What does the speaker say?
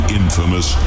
infamous